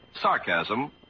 sarcasm